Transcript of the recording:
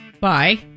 Bye